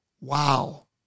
Wow